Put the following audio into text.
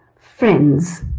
friends